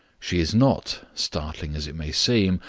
she is not, startling as it may seem,